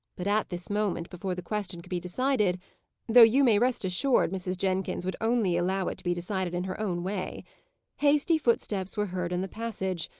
but at this moment, before the question could be decided though you may rest assured mrs. jenkins would only allow it to be decided in her own way hasty footsteps were heard in the passage,